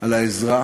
על העזרה.